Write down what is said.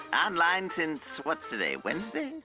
online since, what's the day, wednesday?